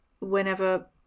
whenever